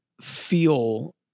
feel